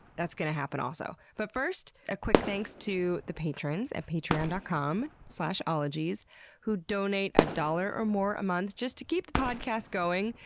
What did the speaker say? that's gonna happen also. but first, a quick thanks to the patrons and patreon dot com slash ologies who donate a dollar or more a month just to keep the podcast going.